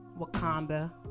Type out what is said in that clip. Wakanda